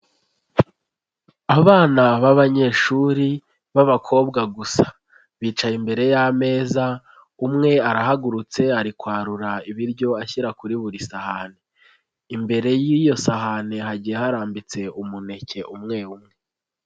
Abana b'abanyeshuri b'abakobwa gusa, bicaye imbere y'ameza, umwe arahagurutse ari kwarura ibiryo ashyira kuri buri sahani, imbere y'iyo sahani hagiye harambitse umuneke umwe umwe.